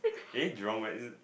eh Jurong West